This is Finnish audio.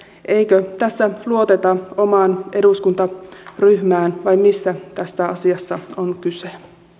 eikö tässä luoteta omaan eduskuntaryhmään vai mistä tässä asiassa on kyse